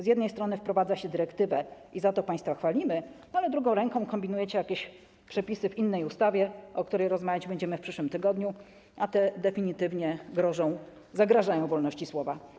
Z jednej strony wprowadza się dyrektywę, i za to państwa chwalimy, ale drugą ręką kombinujecie jakieś przepisy w innej ustawie, o której rozmawiać będziemy w przyszłym tygodniu, a te definitywnie zagrażają wolności słowa.